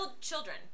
children